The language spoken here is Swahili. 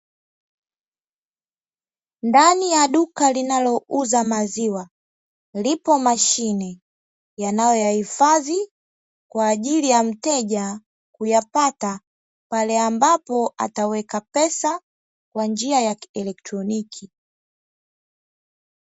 Ndani ya duka linalouza maziwa ipo mashine inayohifadhi, kwa ajili ya mteja kuyapata pale ambapo ataweka pesa kwa njia ya kielektroniki.